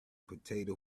potato